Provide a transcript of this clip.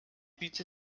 bitte